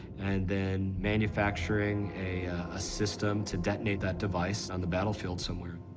then manufacturing a ah system to detonate that device on the battlefield somewhere.